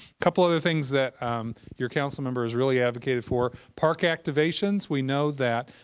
couple other things that your council members really advocated for. park activations. we know that